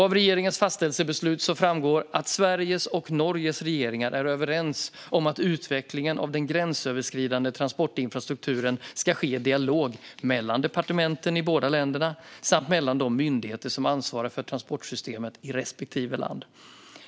Av regeringens fastställelsebeslut framgår att Sveriges och Norges regeringar är överens om att utvecklingen av den gränsöverskridande transportinfrastrukturen ska ske i dialog mellan departementen i de båda länderna samt mellan de myndigheter som ansvarar för transportsystemet i respektive land.